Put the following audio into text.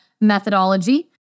methodology